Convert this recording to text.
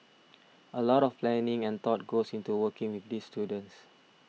a lot of planning and thought goes into working with these students